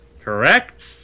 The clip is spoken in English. Correct